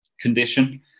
condition